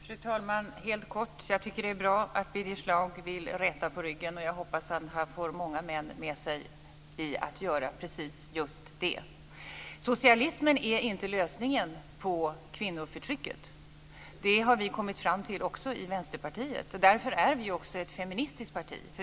Fru talman! Jag vill helt kort säga att jag tycker att det är bra att Birger Schlaug vill räta på ryggen. Jag hoppas att han får många män med sig i att göra precis just det. Socialismen är inte lösningen på kvinnoförtrycket - det har vi kommit fram till också i Vänsterpartiet. Därför är Vänsterpartiet också ett feministiskt parti.